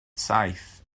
saith